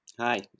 Hi